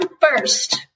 first